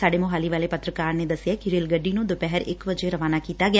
ਸਾਡੇ ਮੁਹਾਲੀ ਵਾਲੇ ਪੱਤਰਕਾਰ ਨੇ ਦਸਿਐ ਕਿ ਰੇਲ ਗੱਡੀ ਨੂੰ ਦੁਪਹਿਰ ਇਕ ਵਜੇ ਰਵਾਨਾ ਕੀਤਾ ਗਿਆ